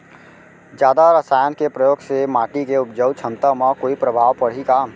जादा रसायन के प्रयोग से माटी के उपजाऊ क्षमता म कोई प्रभाव पड़ही का?